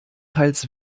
teils